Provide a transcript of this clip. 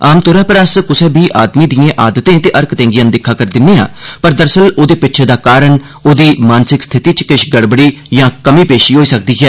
आम तौरा पर अस कुसै बी आदमी दिएं केईं आदतें ते हरकतें गी अनदिक्खा करी दिन्ने आं पर दरअसल औदे पिच्छे दा कारण औंदी मानसिक स्थिति च किश गड़बड़ी या कमी पेशी होई सकदी ऐ